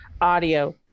audio